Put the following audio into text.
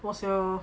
was your